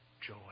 joy